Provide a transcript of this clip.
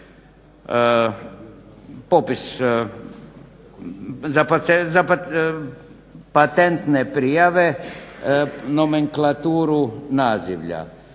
popis za patentne prijave nomenklaturu nazivlja.